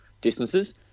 distances